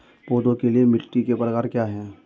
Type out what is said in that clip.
पौधों के लिए मिट्टी के प्रकार क्या हैं?